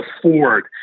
afford